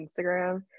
Instagram